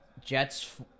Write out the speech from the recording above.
Jets